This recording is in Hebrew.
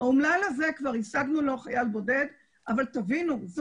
לאומלל הזה כבר השגנו חייל בודד, אבל תבינו שזה